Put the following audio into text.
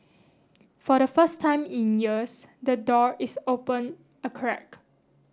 for the first time in years the door is open a crack